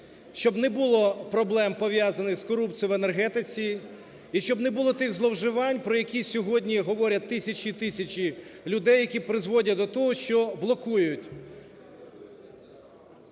щоб не було проблем пов'язаних з корупцією в енергетиці, і щоб не було тих зловживань, про які сьогодні говорять тисячі і тисячі людей, які призводять до того, що блокують